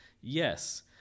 yes